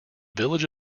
village